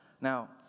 Now